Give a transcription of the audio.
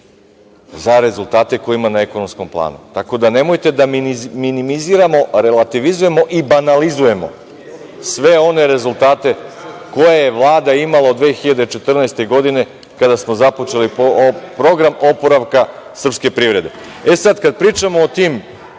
za rezultate koje ima na ekonomskom planu. Nemojte da minimiziramo, relativizujemo i banalizujemo sve one rezultate koje je Vlada imala od 2014. godine kada smo započeli program oporavka srpske privrede. Sada kada pričamo o tim